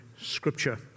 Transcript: Scripture